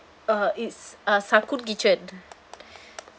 uh it's uh kitchen